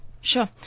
Sure